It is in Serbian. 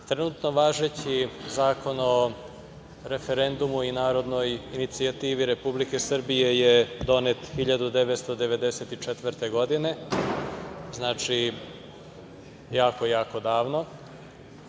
zakona. Trenutno važeći Zakon o referendumu i narodnoj inicijativi Republike Srbije je donet 1994. godine, znači jako davno.